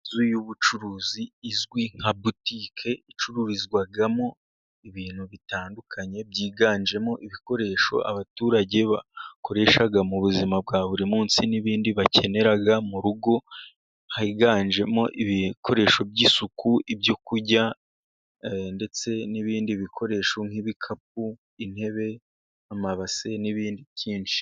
Inzu y'ubucuruzi izwi nka butike icururizwamo ibintu bitandukanye, byiganjemo ibikoresho abaturage bakoreshaga mu buzima bwa buri munsi n'ibindi bakenera mu rugo higanjemo ibikoresho by'isuku, ibyokurya ndetse n'ibindi bikoresho nk'ibikapu, intebe, amabase n'ibindi byinshi.